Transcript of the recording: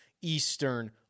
Eastern